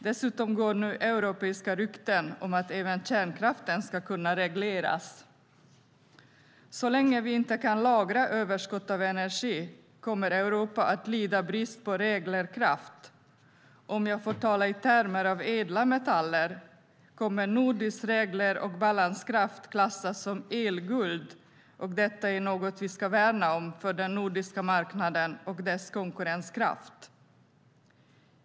Dessutom går det nu europeiska rykten om att även kärnkraften ska kunna regleras. Så länge vi inte kan lagra överskott av energi kommer Europa att lida brist på reglerkraft. Om jag får tala i termer av ädla metaller kommer nordisk regler och balanskraft att klassas som elguld, och detta är något som vi ska värna om för den nordiska marknaden och dess konkurrenskraft.